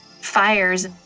fires